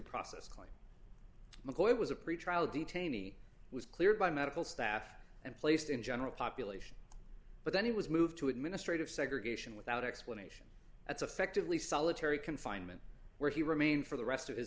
process claim mccoy it was a pretrial detainee was cleared by medical staff and placed in general population but then he was moved to administrative segregation without explanation that's affectively solitary confinement where he remained for the rest of his